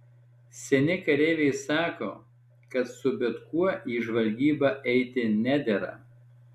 seni kareiviai sako kad su bet kuo į žvalgybą eiti nedera